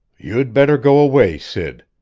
you'd better go away, sid.